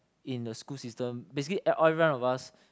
in a school system basically all everyone of us